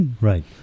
Right